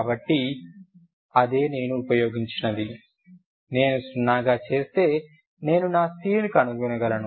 కాబట్టి అదే నేను ఉపయోగించినది నేను సున్నాగా చేస్తే నేను నా c ని కనుగొనగలను